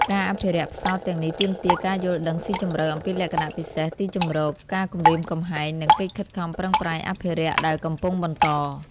ការអភិរក្សផ្សោតទាំងនេះទាមទារការយល់ដឹងស៊ីជម្រៅអំពីលក្ខណៈពិសេស ទីជម្រក ការគំរាមកំហែង និងកិច្ចខិតខំប្រឹងប្រែងអភិរក្សដែលកំពុងបន្ត។